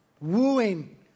Wooing